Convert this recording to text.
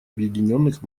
объединенных